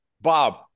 Bob